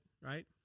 right